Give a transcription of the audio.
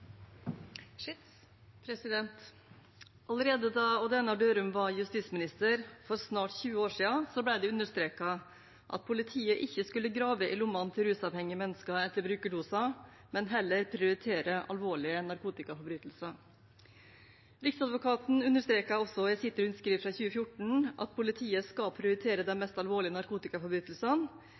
Allerede da Odd Einar Dørum var justisminister, for snart 20 år siden, ble det understreket at politiet ikke skulle grave i lommene til rusavhengige mennesker etter brukerdoser, men heller prioritere alvorlige narkotikaforbrytelser. Riksadvokaten understreket også i sitt rundskriv fra 2014 at politiet skal prioritere de mest alvorlige narkotikaforbrytelsene,